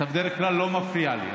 אתה בדרך כלל לא מפריע לי.